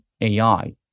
AI